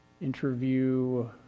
interview